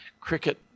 cricket